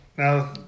Now